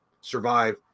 survive